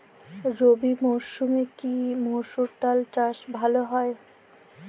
রবি মরসুমে কি মসুর ডাল চাষ ভালো হয়?